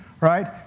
right